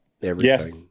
Yes